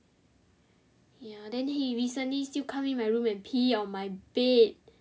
ya then he recently still come in my room and pee on my bed